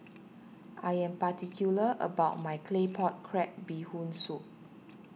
I am particular about my Claypot Crab Bee Hoon Soup